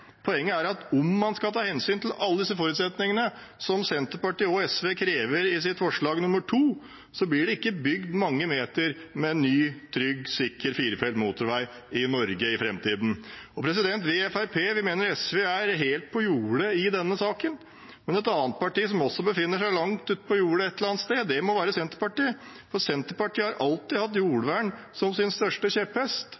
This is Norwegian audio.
Poenget er at om man skal ta hensyn til alle de forutsetningene som Senterpartiet og SV krever i forslag nr. 2, blir det ikke bygd mange meter med ny, trygg og sikker firefelts motorvei i Norge i framtiden. Vi i Fremskrittspartiet mener at SV er helt på jordet i denne saken. Et annet parti som må befinne seg langt utpå jordet et eller annet sted, er Senterpartiet, for de har alltid hatt